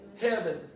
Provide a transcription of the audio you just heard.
heaven